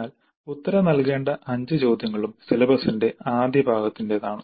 അതിനാൽ ഉത്തരം നൽകേണ്ട 5 ചോദ്യങ്ങളും സിലബസിന്റെ ആദ്യ ഭാഗത്തിന്റേതാണ്